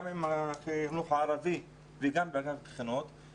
גם עם החינוך הערבי וגם עם ועדת הבחינות וההצעה שלנו,